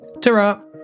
Ta-ra